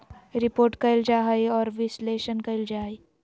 report कइल जा हइ और विश्लेषण कइल जा हइ